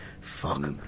Fuck